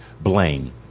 blame